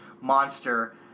monster